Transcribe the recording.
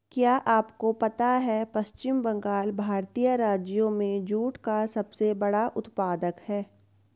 क्या आपको पता है पश्चिम बंगाल भारतीय राज्यों में जूट का सबसे बड़ा उत्पादक है?